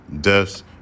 Deaths